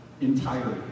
entirely